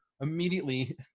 immediately